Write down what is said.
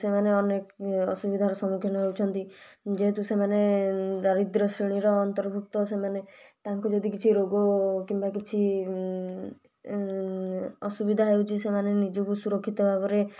ସେମାନେ ଅନେକ ଅସୁବିଧାରେ ସମ୍ମୁଖୀନ ହେଉଛନ୍ତି ଯେହେତୁ ସେମାନେ ଦାରିଦ୍ର୍ୟ ଶ୍ରେଣୀର ଅନ୍ତର୍ଭୁକ୍ତ ସେମାନେ ତାଙ୍କୁ ଯଦି କିଛି ରୋଗ କିମ୍ବା କିଛି ଅସୁବିଧା ହେଉଛି ସେମାନେ ନିଜକୁ ସୁରକ୍ଷିତ ଭାବରେ